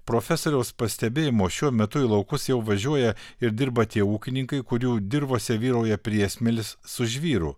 profesoriaus pastebėjimu šiuo metu į laukus jau važiuoja ir dirba tie ūkininkai kurių dirvose vyrauja priesmėlis su žvyru